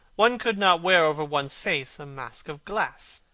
one could not wear over one's face a mask of glass,